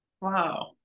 wow